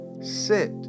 sit